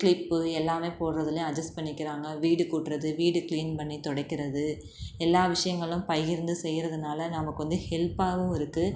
clip எல்லாமே போடுறதுலியும் adjust பண்ணிக்கிறாங்க வீடு கூட்டுறது வீடு க்ளீன் பண்ணி துடைக்கிறது எல்லா விஷயங்களும் பகிர்ந்து செய்கிறதனால நமக்கு வந்து ஹெல்ப்பாகவும் இருக்குது